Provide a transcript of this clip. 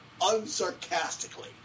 unsarcastically